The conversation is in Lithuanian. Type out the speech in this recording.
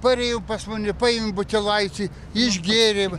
parėjom pas mane paim butelaitį išgėrėm